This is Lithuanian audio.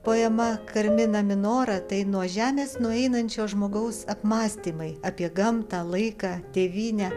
poema carmina minora tai nuo žemės nueinančio žmogaus apmąstymai apie gamtą laiką tėvynę